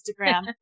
Instagram